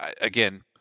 again